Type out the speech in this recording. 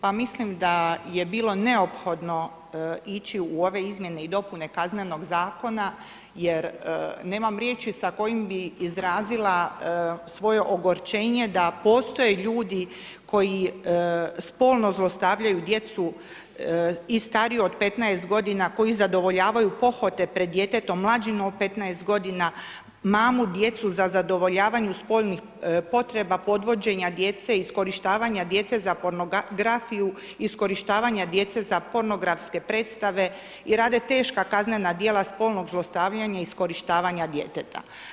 Pa mislim da je bilo neophodno ići u ove Izmjene i dopune Kaznenog zakona jer nemam riječi s kojim bih izrazila svoje ogorčenje da postoje ljudi koji spolno zlostavljaju djecu i stariju od 15 godina, koji zadovoljavaju pohote pred djetetom mlađim od 15 godina, mame djecu, za zadovoljavanje spolnih potreba, podvođenja djece, iskorištavanje djece za pornografiju, iskorištavanja djece za pornografske predstave i rade teška kaznena djela spolnog zlostavljanja i iskorištavanja djeteta.